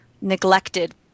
neglected